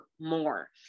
more